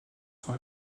sont